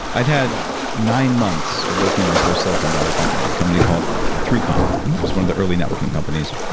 i had nine months of working on my first silicon valley company, a and company called three com it was one of the earlier networking companies.